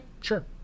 sure